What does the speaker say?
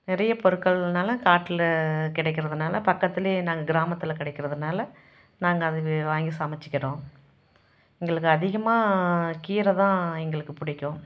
நிறைய பொருட்கள்னால் காட்டில் கிடைக்கிறதுனால பக்கத்தில் நாங்கள் கிராமத்தில் கிடைக்கிறதுனால நாங்கள் அதை வாங்கி சமைச்சிக்கிறோம் எங்களுக்கு அதிகமாக கீரை தான் எங்களுக்குப் பிடிக்கும்